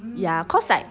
ya cause like